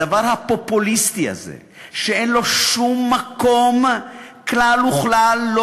הדבר הפופוליסטי הזה שאין לו שום מקום כלל וכלל,